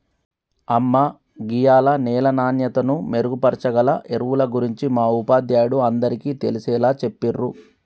అమ్మ గీయాల నేల నాణ్యతను మెరుగుపరచాగల ఎరువుల గురించి మా ఉపాధ్యాయుడు అందరికీ తెలిసేలా చెప్పిర్రు